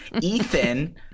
Ethan